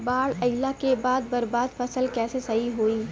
बाढ़ आइला के बाद बर्बाद फसल कैसे सही होयी?